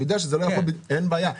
אין בעיה.